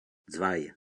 zwei